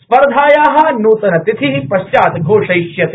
स्पर्धाया नूतनतिथि पश्चात् घोषयिष्यते